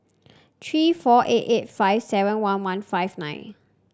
three four eight eight five seven one one five nine